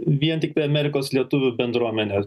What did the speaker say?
vien tiktai amerikos lietuvių bendruomenė